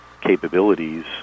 capabilities